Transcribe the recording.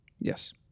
Yes